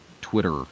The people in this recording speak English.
Twitter